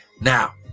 Now